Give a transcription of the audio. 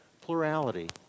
plurality